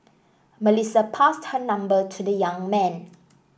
Melissa passed her number to the young man